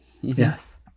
Yes